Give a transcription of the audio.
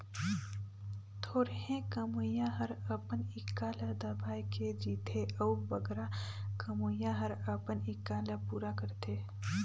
थोरहें कमोइया हर अपन इक्छा ल दबाए के जीथे अउ बगरा कमोइया हर अपन इक्छा ल पूरा करथे